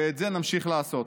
ואת זה נמשיך לעשות.